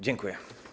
Dziękuję.